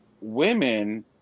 women